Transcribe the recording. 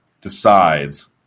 decides